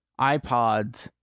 ipods